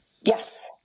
Yes